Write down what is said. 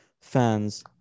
fans